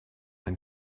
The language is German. ein